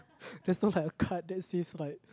there's no like a card that says like